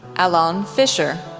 alon fischer,